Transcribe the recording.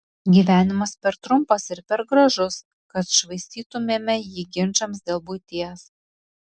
gyvenimas per trumpas ir per gražus kad švaistytumėme jį ginčams dėl buities